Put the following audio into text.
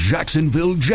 Jacksonville